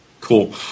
Cool